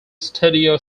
studio